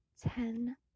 Ten